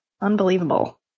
unbelievable